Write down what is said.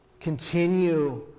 continue